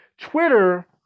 Twitter